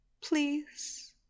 Please